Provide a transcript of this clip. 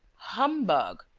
humbug!